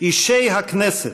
"אישי הכנסת,